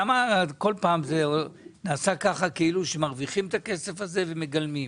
למה כל פעם זה עשה ככה כאילו שמרוויחים את הכסף הזה ומגלמים?